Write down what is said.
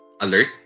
alert